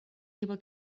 able